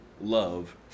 love